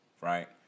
right